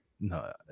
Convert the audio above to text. No